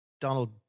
Donald